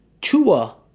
Tua